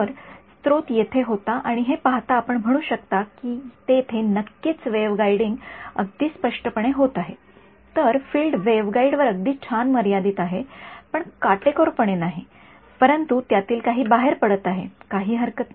तर स्त्रोत येथे होता आणि हे पाहता आपण म्हणू शकता की तेथे नक्कीच वेव्ह गायडींग अगदी स्पष्टपणे होत आहे तर फील्ड वेव्हगाईडवर अगदी छान मर्यादित आहे पण काटेकोरपणे नाही परंतु त्यातील काही बाहेर पडत आहे काही हरकत नाही